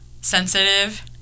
Sensitive